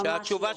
ממש לא.